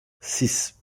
six